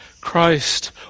Christ